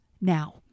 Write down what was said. now